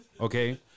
Okay